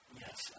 yes